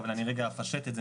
אבל אני רגע אפשט את זה,